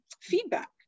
feedback